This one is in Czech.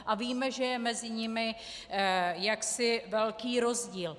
A víme, že je mezi nimi jaksi velký rozdíl.